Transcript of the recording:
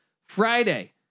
Friday